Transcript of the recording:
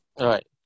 Right